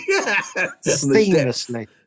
seamlessly